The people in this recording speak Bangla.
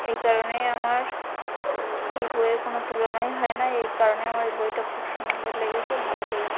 এই কারণেই আমার এই বইয়ের কোনো তুলনাই হয় না এই কারণে আমার এই বইটা খুব সুন্দর লেগেছে ভালো লেগেছে